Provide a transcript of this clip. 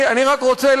אני רק רוצה,